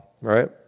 right